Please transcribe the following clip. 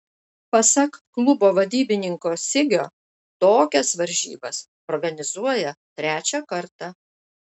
pasak klubo vadybininko sigio tokias varžybas organizuoja trečią kartą